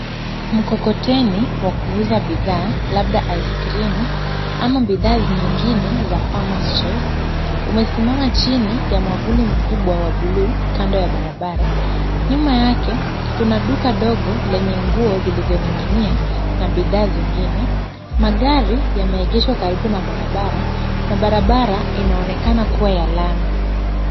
Mkokoteni wa kuuza bidhaa, labda aiskrimu ama bidhaa nyingine za Farmer's Choice, umesimama chini ya mwavuli mkubwa wa buluu kando ya barabara. Nyuma yake kuna duka dogo lenye nguo zilizoning'inia na bidhaa zingine. Magari yameegeshwa karibu na barabara na barabara inaonekana kuwa ya lami.